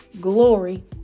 glory